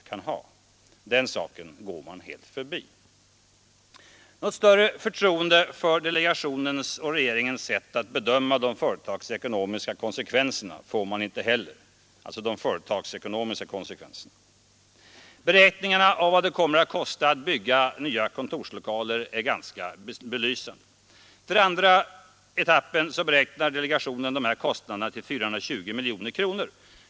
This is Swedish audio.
Den saken går man helt förbi. Något större förtroende för delegationens och regeringens sätt att bedöma de företagsekonomiska konsekvenserna får man inte heller. Beräkningen av vad det kommer att kosta att bygga nya kontorslokaler är belysande. För andra etappen beräknar delegationen dessa kostnader till 420 miljoner kronor.